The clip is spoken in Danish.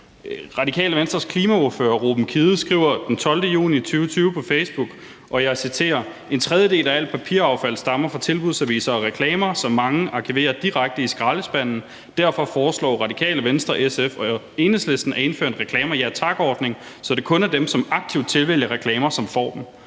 Radikale Venstres klimaordfører, Ruben Kidde, skriver den 12. juni 2020 på Facebook, og jeg citerer: En tredjedel af alt papiraffald stammer fra tilbudsaviser og reklamer, som mange arkiverer direkte i skraldespanden. Derfor foreslår Radikale Venstre, SF og Enhedslisten at indføre en Reklamer Ja Tak-ordning, så det kun er dem, som aktivt tilvælger reklamer, som får dem.